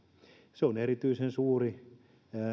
se on erityisen suuri